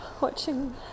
watching